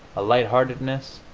a light-heartedness,